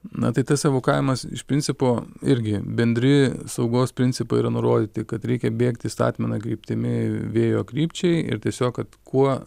na tai tas evakavimas iš principo irgi bendri saugos principai yra nurodyti kad reikia bėgti statmena kryptimi vėjo krypčiai ir tiesiog kad kuo